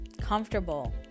comfortable